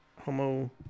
Homo